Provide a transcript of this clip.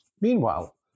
Meanwhile